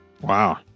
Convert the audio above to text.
Wow